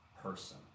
Person